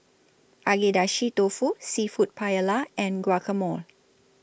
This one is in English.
Agedashi Dofu Seafood Paella and Guacamole